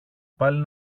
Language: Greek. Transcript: πάλι